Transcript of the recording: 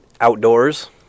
outdoors